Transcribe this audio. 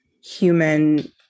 human